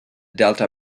delta